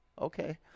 okay